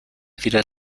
wieder